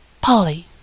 Polly